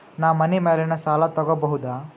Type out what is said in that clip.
ನಾ ಮನಿ ಮ್ಯಾಲಿನ ಸಾಲ ತಗೋಬಹುದಾ?